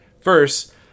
first